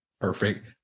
Perfect